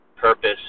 purpose